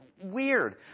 weird